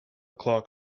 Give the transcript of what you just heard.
clock